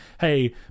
Hey